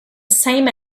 same